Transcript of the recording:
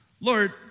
Lord